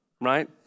right